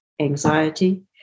anxiety